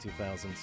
2000s